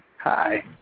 Hi